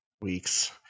weeks